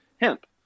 hemp